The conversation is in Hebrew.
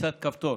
בלחיצת כפתור